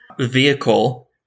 vehicle